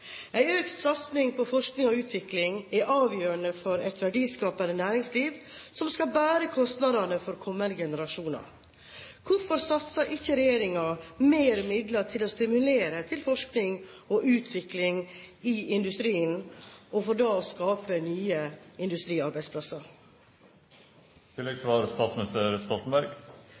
økt satsing på forskning og utvikling er avgjørende for et verdiskapende næringsliv som skal bære kostnadene for kommende generasjoner. Hvorfor satser ikke regjeringen flere midler på å stimulere til forskning og utvikling i industrien for å skape nye